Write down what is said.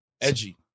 Edgy